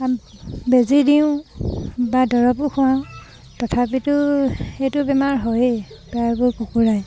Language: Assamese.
বেজী দিওঁ বা দৰৱো খুৱাওঁ তথাপিতো সেইটো বেমাৰ হয়েই প্ৰায়বোৰ কুকুৰাই